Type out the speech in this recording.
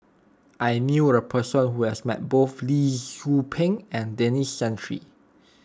I knew a person who has met both Lee Tzu Pheng and Denis Santry